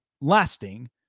lasting